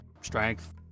strength